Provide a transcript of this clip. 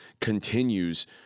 continues